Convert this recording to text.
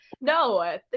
no